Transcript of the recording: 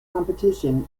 competition